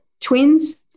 twins